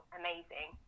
amazing